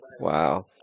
Wow